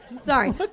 Sorry